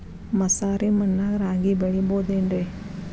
ಮಸಾರಿ ಮಣ್ಣಾಗ ರಾಗಿ ಬೆಳಿಬೊದೇನ್ರೇ?